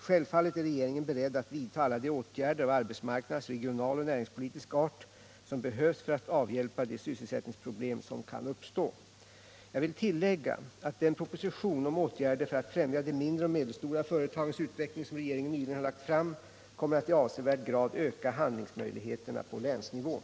Självfallet är regeringen beredd att vidta alla de åtgärder av arbetsmarknads-, regionaloch näringspolitisk art som behövs för att avhjälpa de sysselsättningsproblem som kan uppstå. Jag vill tillägga att den proposition om åtgärder för att främja de mindre och medelstora företagens utveckling som regeringen nyligen har lagt fram kommer att i avsevärd grad öka handlingsmöjligheterna på länsnivån.